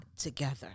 together